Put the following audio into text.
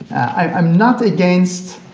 i'm not against